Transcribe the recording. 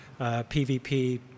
PVP